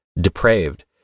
depraved